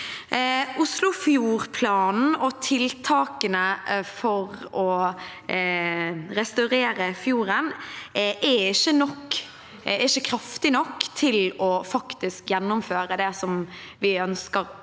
Oslofjordplanen og tiltakene for å restaurere fjorden er ikke kraftige nok til faktisk å gjennomføre det vi ønsker